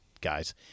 guys